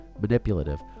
manipulative